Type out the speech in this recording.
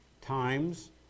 times